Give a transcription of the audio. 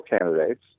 candidates